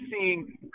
seeing